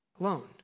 alone